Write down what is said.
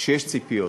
שיש ציפיות.